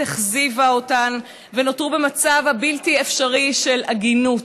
אכזבה אותן ונותרו במצב הבלתי-אפשרי של עגינות.